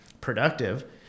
productive